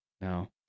No